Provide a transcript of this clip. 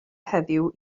heddiw